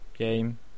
Game